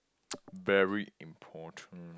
very important